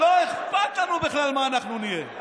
לא אכפת לנו בכלל מה אנחנו נהיה.